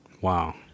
wow